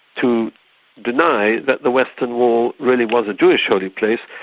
to deny that the western wall really was a jewish holy place.